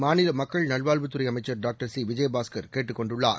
மாநில மக்கள் நல்வாழ்வுத்துறை அமைச்சர் டாக்டர் சி விஜயபாஸ்கர் கேட்டுக் கொண்டுள்ளார்